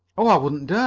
oh, i wouldn't dare